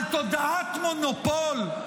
על תודעת מונופול.